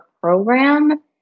program